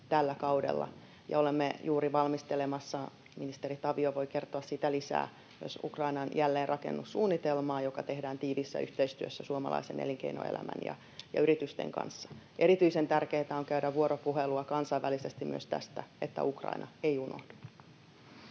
tällä kaudella. Olemme juuri valmistelemassa — ministeri Tavio voi kertoa siitä lisää — myös Ukrainan jälleenrakennussuunnitelmaa, joka tehdään tiiviissä yhteistyössä suomalaisen elinkeinoelämän ja yritysten kanssa. Erityisen tärkeätä on käydä vuoropuhelua kansainvälisesti myös tästä, että Ukraina ei unohdu.